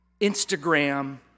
Instagram